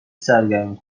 سرگرم